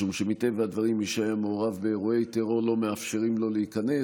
משום שמטבע הדברים מי שהיה מעורב באירועי טרור לא מאפשרים לו להיכנס,